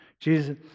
Jesus